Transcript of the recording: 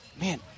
man